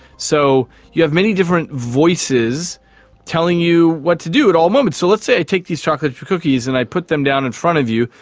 so you have many different voices telling you what to do at all moments. so let's say i take these chocolate cookies and i put them down in front of you,